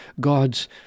God's